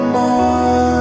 more